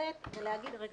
עד